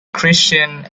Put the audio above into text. christian